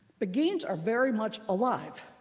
beguines are very much alive.